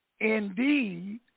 indeed